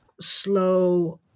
slow